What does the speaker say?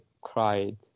cried